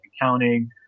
accounting